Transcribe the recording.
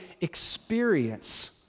experience